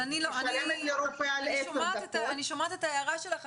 אני שומעת את ההערה שלך,